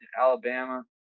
Alabama